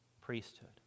priesthood